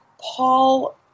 Paul